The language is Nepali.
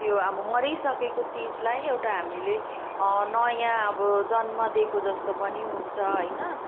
त्यो अब मरिसकेको चिजलाई एउटा हामीले नयाँ अब जन्म दिएको जस्तो पनि हुन्छ होइन